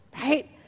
right